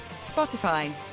Spotify